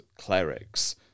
clerics